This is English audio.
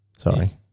Sorry